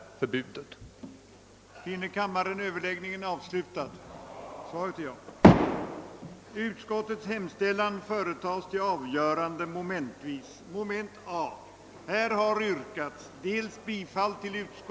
Svårigheten att tolka vad som är tillåtet och vad som är förbjudet erkänner ju även utskottsmajoriteten.